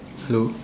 hello